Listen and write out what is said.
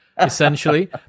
essentially